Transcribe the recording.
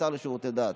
לשר לשירותי דת,